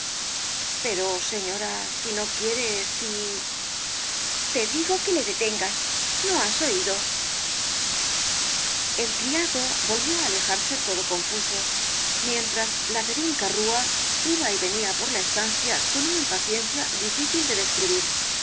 pero señora si no quiere si te digo que le detengas no has oído el criado volvió á alejarse todo confuso mientras la de vinca rúa iba y venía por la estancia con una impaciencia difícil de describir